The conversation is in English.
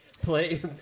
Play